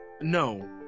No